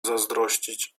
zazdrościć